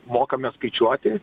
mokame skaičiuoti